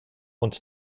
und